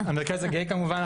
המרכז הגאה כמובן,